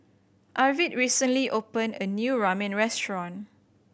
Arvid recently opened a new Ramen Restaurant